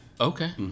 Okay